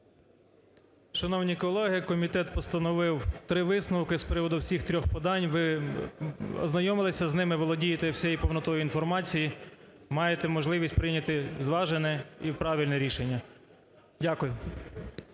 Шановні колеги, комітет постановив три висновки з приводу всіх трьох подань, ви ознайомилися з ними, володієте всією повнотою інформації, маєте можливість прийняти зважене і правильне рішення. Дякую.